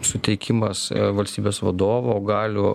suteikimas valstybės vadovo galių